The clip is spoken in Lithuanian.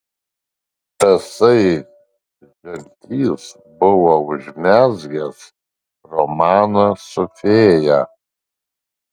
tasai žaltys buvo užmezgęs romaną su fėja